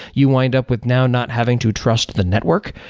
you wind up with now not having to trust the network,